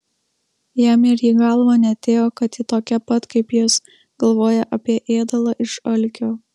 jam ir į galvą neatėjo kad ji tokia pat kaip jis galvoja apie ėdalą iš alkio